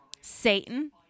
Satan